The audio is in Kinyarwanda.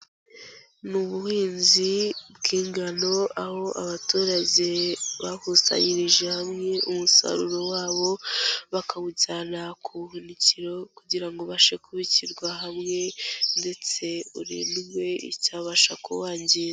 Ni ubuhinzi bw'ingano aho abaturage bakusanyirije hamwe umusaruro wabo, bakawujyana ku buhunikiro kugira ngo ubashe kubikirwa hamwe ndetse urindwe icyabasha kuwangiza.